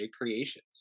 Creations